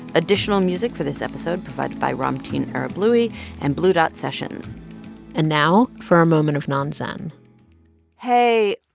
additional music for this episode provided by ramtin arablouei and blue dot sessions and now for a moment of non-zen hey.